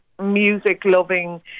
music-loving